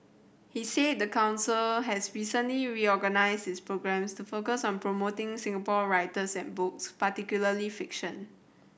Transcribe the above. he said the council has recently reorganised its programmes to focus on promoting Singapore writers and books particularly fiction